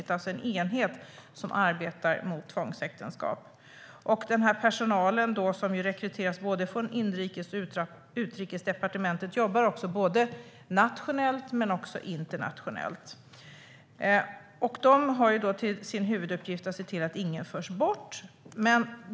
Det är alltså en enhet som arbetar mot tvångsäktenskap. Personalen, som rekryteras från både inrikes och utrikesdepartementet, jobbar såväl nationellt som internationellt. De har till huvuduppgift att se till att ingen förs bort.